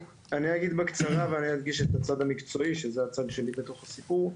אגיד בקצרה ואני אדגיש את הצד המקצועי שזה הצד שלי בתוך הסיפור.